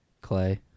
Clay